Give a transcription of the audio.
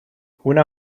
una